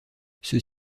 ceux